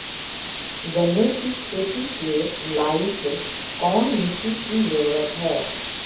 गन्ने की खेती के लाइट कौन मिट्टी की जरूरत है?